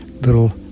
little